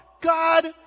God